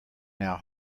now